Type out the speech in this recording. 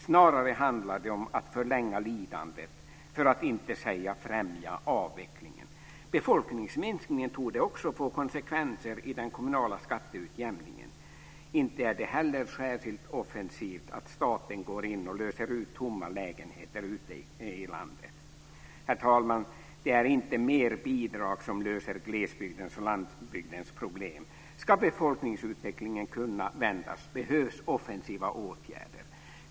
Snarare handlar det om att förlänga lidandet, för att inte säga främja avvecklingen. Befolkningsminskningen torde också få konsekvenser i den kommunala skatteutjämningen. Inte är det heller särskilt offensivt att staten går in och löser ut tomma lägenheter ute i landet. Herr talman! Det är inte mer bidrag som löser glesbygdens och landsbygdens problem. Ska befolkningsutvecklingen kunna vändas behövs offensiva åtgärder.